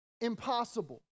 impossible